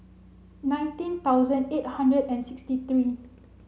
nineteen thousand eight hundred and sixty three